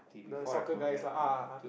the soccer guys lah ah